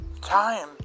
Time